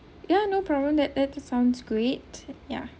ya no problem that that sounds great ya